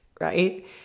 right